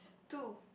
two